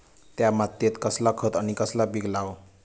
त्या मात्येत कसला खत आणि कसला पीक लाव?